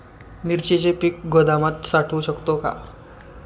मिरचीचे पीक गोदामात साठवू शकतो का?